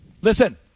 Listen